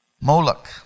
Moloch